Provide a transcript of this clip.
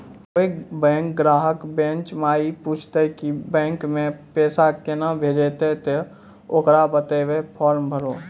कोय बैंक ग्राहक बेंच माई पुछते की बैंक मे पेसा केना भेजेते ते ओकरा बताइबै फॉर्म भरो